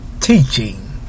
teaching